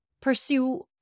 pursue